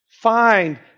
find